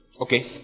okay